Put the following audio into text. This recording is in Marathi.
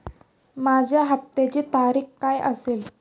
माझ्या हप्त्याची तारीख काय असेल?